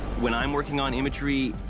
when i'm working on imagery,